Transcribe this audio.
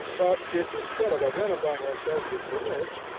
but if, instead of identifying ourselves with the work,